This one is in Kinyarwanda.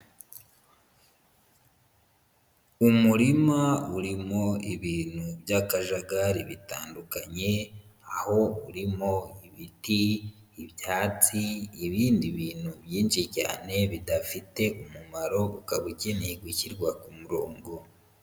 Umurima urimo ibintu by'akajagari bitandukanye, aho urimo ibiti, ibyatsi, ibindi bintu byinshi cyane bidafite umumaro, ukaba ukeneye gushyirwa ku murongo.